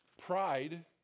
Pride